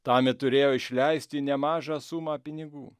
tam ji turėjo išleisti nemažą sumą pinigų